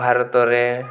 ଭାରତରେ